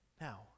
Now